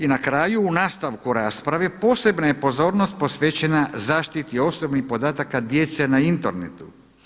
I na kraju, u nastavku rasprave posebna je pozornost posvećena zaštiti osobnih podataka djece na internetu.